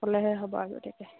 ক'লেহে হ'ব আগতীয়াকৈ